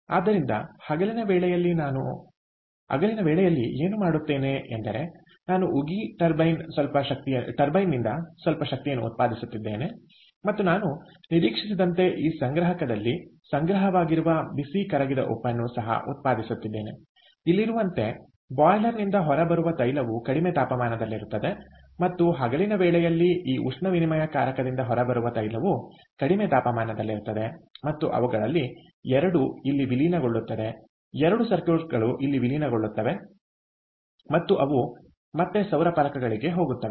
ಆದ್ದರಿಂದ ಹಗಲಿನ ವೇಳೆಯಲ್ಲಿ ಏನು ಮಾಡುತ್ತೇನೆ ಎಂದರೆ ನಾನು ಉಗಿ ಟರ್ಬೈನ್ನಿಂದ ಸ್ವಲ್ಪ ಶಕ್ತಿಯನ್ನು ಉತ್ಪಾದಿಸುತ್ತಿದ್ದೇನೆ ಮತ್ತು ನಾನು ನಿರೀಕ್ಷಿಸಿದಂತೆ ಈ ಸಂಗ್ರಹಕದಲ್ಲಿ ಸಂಗ್ರಹವಾಗಿರುವ ಬಿಸಿ ಕರಗಿದ ಉಪ್ಪನ್ನು ಸಹ ಉತ್ಪಾದಿಸುತ್ತಿದ್ದೇನೆ ಇಲ್ಲಿರುವಂತೆ ಬಾಯ್ಲರ್ನಿಂದ ಹೊರಬರುವ ತೈಲವು ಕಡಿಮೆ ತಾಪಮಾನದಲ್ಲಿರುತ್ತದೆ ಮತ್ತು ಹಗಲಿನ ವೇಳೆಯಲ್ಲಿ ಈ ಉಷ್ಣವಿನಿಮಯಕಾರಕದಿಂದ ಹೊರಬರುವ ತೈಲವು ಕಡಿಮೆ ತಾಪಮಾನದಲ್ಲಿರುತ್ತದೆ ಮತ್ತು ಅವುಗಳಲ್ಲಿ 2 ಇಲ್ಲಿ ವಿಲೀನಗೊಳ್ಳುತ್ತದೆ 2 ಸರ್ಕ್ಯೂಟ್ಗಳು ಇಲ್ಲಿ ವಿಲೀನಗೊಳ್ಳುತ್ತವೆ ಮತ್ತು ಅವು ಮತ್ತೆ ಸೌರ ಫಲಕಗಳಿಗೆ ಹೋಗುತ್ತವೆ